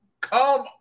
come